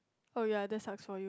oh ya that sucks for you